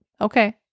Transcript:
Okay